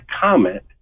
comment